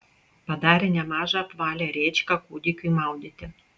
padarė nemažą apvalią rėčką kūdikiui maudyti